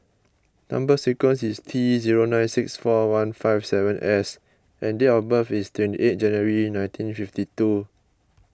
Number Sequence is T zero nine six four one five seven S and date of birth is twenty eight January nineteen fifty two